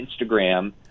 Instagram